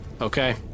Okay